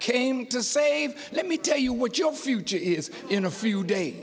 came to save let me tell you what your future is in a few days